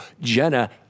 Jenna